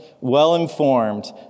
well-informed